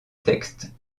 texte